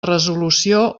resolució